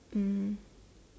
mm